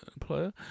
player